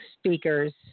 speakers